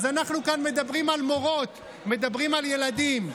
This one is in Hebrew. אז אנחנו כאן מדברים על מורות, מדברים על ילדים.